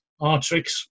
Artrix